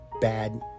bad